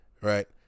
right